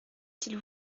qu’il